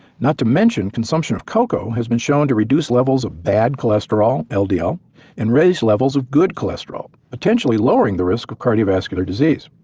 not to mention consumption of cocoa has been shown to reduce levels of bad cholesterol ldl ldl and raise levels of good cholesterol potentially lowering the risk of cardiovascular disease.